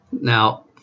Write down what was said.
Now